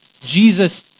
Jesus